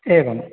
एवं